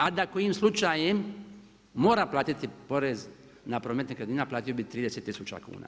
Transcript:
A da kojim slučajem mora platiti porez na promet nekretnina, platio bi 30 tisuća kuna.